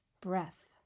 breath